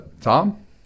Tom